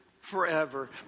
forever